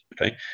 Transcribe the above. Okay